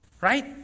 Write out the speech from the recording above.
right